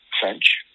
French